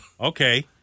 Okay